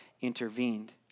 intervened